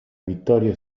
vittoria